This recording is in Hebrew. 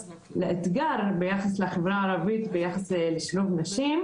האתגר בחברה הערבית ביחס לשילוב נשים,